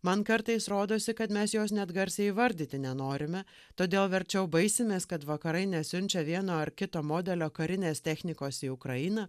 man kartais rodosi kad mes jos net garsiai įvardyti nenorime todėl verčiau baisimės kad vakarai nesiunčia vieno ar kito modelio karinės technikos į ukrainą